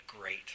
great